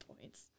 points